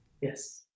Yes